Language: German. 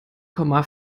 komma